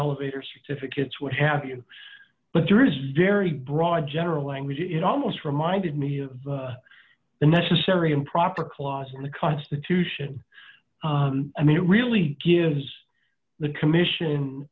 elevator certificates what have you but there is very broad general language you know almost reminded me of the necessary improper clause in the constitution i mean it really gives the commission